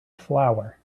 flower